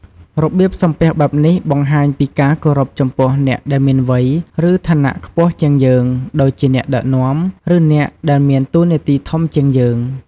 របៀបសំពះបែបនេះ បង្ហាញពីការគោរពចំពោះអ្នកដែលមានវ័យ ឬឋានៈខ្ពស់ជាងយើង ដូចជាអ្នកដឹកនាំ ឬអ្នកដែលមានតួនាទីធំជាងយើង។